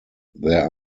there